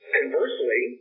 conversely